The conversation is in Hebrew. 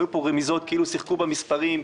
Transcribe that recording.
והיו פה רמיזות כאילו שיחקו במספרים,